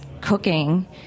cooking